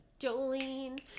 Jolene